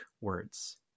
words